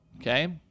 okay